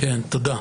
תודה.